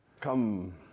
Come